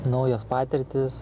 naujos patirtys